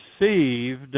received